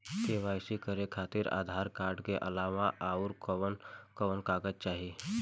KYC करे खातिर Aadhaar card के अलावा आउरकवन कवन कागज चाहीं?